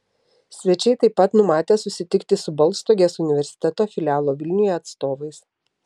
svečiai taip pat numatę susitikti su baltstogės universiteto filialo vilniuje atstovais